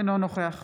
אינו נוכח